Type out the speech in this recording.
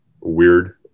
weird